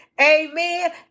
amen